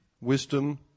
Wisdom